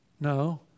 No